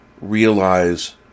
realize